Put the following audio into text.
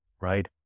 Right